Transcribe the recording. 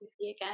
again